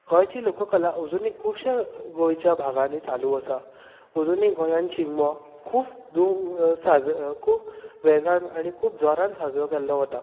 गोंयची लोक कला अजुनूय गोंयच्या भागांनी चालू आसा अजुनूय गोंयांन शिगमो खूब दू साज खूब वेगान आनी खूब जोरान साजरो केल्लो वता